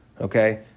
Okay